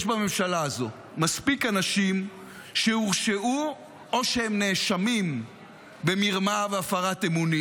יש בממשלה הזו מספיק אנשים שהורשעו או שהם נאשמים במרמה והפרת אמונים.